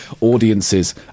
audiences